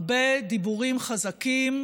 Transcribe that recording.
הרבה דיבורים חזקים,